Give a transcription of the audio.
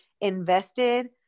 invested